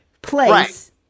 place